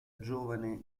giovane